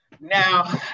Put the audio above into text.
Now